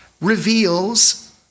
reveals